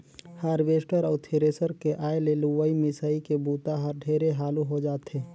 harvester अउ thresher के आए ले लुवई, मिंसई के बूता हर ढेरे हालू हो जाथे